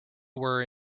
were